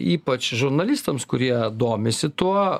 ypač žurnalistams kurie domisi tuo